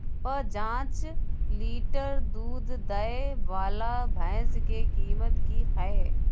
प जॉंच लीटर दूध दैय वाला भैंस के कीमत की हय?